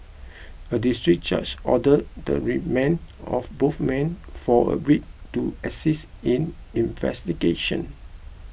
a District Judge ordered the remand of both men for a week to assist in investigation